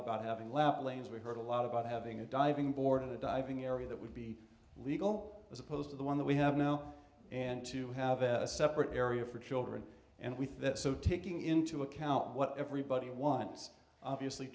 about having lap lanes we heard a lot about having a diving board of the diving area that would be legal as opposed to the one that we have now and to have a separate area for children and with that so taking into account what everybody wants obviously